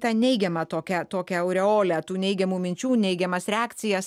tą neigiamą tokią tokią aureolę tų neigiamų minčių neigiamas reakcijas